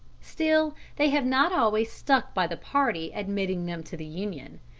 still, they have not always stuck by the party admitting them to the union.